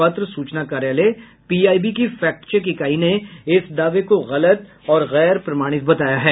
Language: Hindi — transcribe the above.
पत्र सूचना कार्यालय पीआईबी की फैक्ट चेक इकाई ने इस दावे को गलत और गैर प्रमाणित बताया है